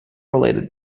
related